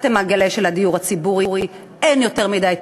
אתה מגלה שלדיור הציבורי אין יותר מדי תומכים,